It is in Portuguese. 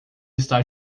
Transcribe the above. está